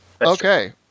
Okay